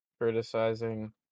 Criticizing